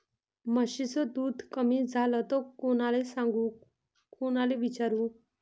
म्हशीचं दूध कमी झालं त कोनाले सांगू कोनाले विचारू?